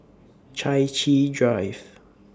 Chai Chee Drive